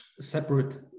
separate